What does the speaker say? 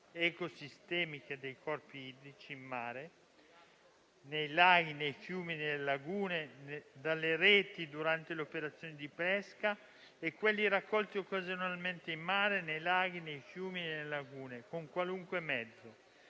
ecosistemiche dei corpi idrici in mare, nei laghi, nei fiumi, nelle lagune, dalle reti durante le operazioni di pesca e quelli raccolti occasionalmente in mare, nei laghi, nei fiumi e nelle lagune con qualunque mezzo;